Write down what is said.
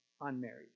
unmarried